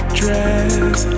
dress